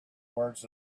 words